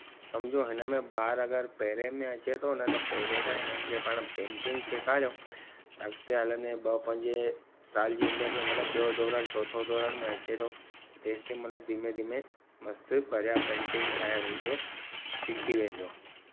समुझो हिन में ॿार अगरि पहिरें में अचे थो न त पहिरें खां हिननि खे पाणि पेंटिंग सेखारियूं अॻिते हलंदे ॿ पंजे साल जी उमिरि में मतलबु ॿियों धोरण चोथो धोरण में अचे थो तेस ताईं मतलबु धीमे धीमे मस्तु पहिरिया पेंटिंग ठाहिणी हिते सिखी वेंदो